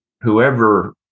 whoever